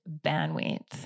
bandwidth